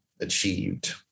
achieved